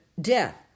death